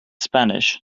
spanish